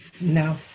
No